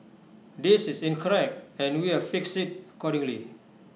this is incorrect and we've fixed IT accordingly